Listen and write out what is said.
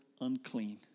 unclean